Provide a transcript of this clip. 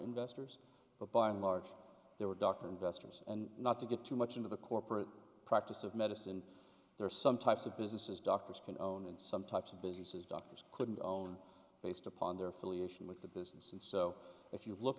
investors but by and large they were dr investors and not to get too much into the corporate practice of medicine there are some types of businesses doctors can own and some types of businesses doctors couldn't own based upon their filiation with the business and so if you look